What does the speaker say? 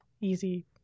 easy